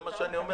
זה מה שאני אומר.